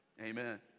Amen